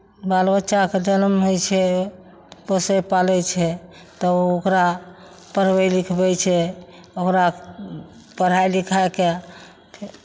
बाल बच्चाके जनम होइ छै पोसै पालै छै तऽ ओ ओकरा पढ़बै लिखबै छै ओकरा पढाइ लिखाइके